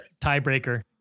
tiebreaker